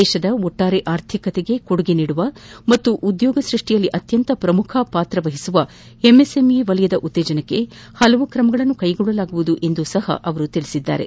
ದೇಶದ ಒಟ್ಟಾರೆ ಆರ್ಥಿಕತೆಗೆ ಕೊಡುಗೆ ನೀಡುವ ಮತ್ತು ಉದ್ಯೋಗ ಸೃಷ್ಟಿಯಲ್ಲಿ ಅತ್ಯಂತ ಪ್ರಮುಖ ಪಾತ್ರ ವಹಿಸುವ ಎಂಎಸ್ಎಂಇ ವಲಯದ ಉತ್ತೇಜನಕ್ಕೆ ಹಲವು ಕ್ರಮಗಳನ್ನು ಕೈಗೊಳ್ಳಲಾಗುವುದು ಎಂದೂ ಸಹ ಅವರು ಹೇಳಿದ್ದಾರೆ